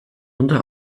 unter